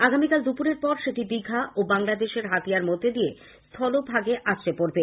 আগামীকাল দুপুরের পর সেটি দীঘা ও বাংলাদেশের হাতিয়ার মধ্য দিয়ে স্হলভাগে আছড়ে পড়বে